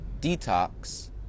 detox